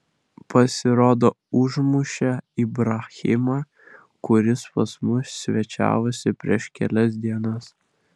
pasirodo užmušė ibrahimą kuris pas mus svečiavosi prieš kelias dienas